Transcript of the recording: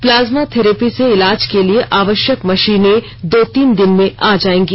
plasma therapy से इलाज के लिए आवश्यक मशीनें दो तीन दिन में आ जाएंगी